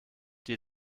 die